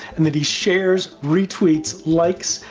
and that he shares, retweets, likes,